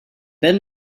then